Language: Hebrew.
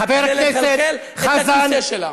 חבר הכנסת,